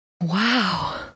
Wow